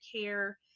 care